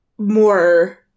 more